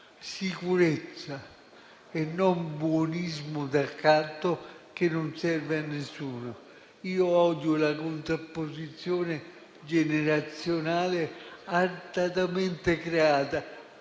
sicurezza e non buonismo d'accatto che non serve a nessuno. Io odio la contrapposizione generazionale artatamente creata: